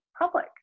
public